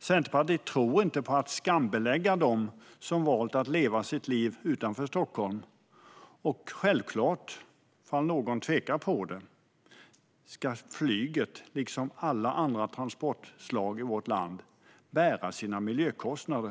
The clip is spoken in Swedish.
Centerpartiet tror inte på att skambelägga dem som har valt att leva sitt liv utanför Stockholm. Självklart - om någon tvekar om detta - ska flyget liksom alla andra transportslag i vårt land bära sina miljökostnader.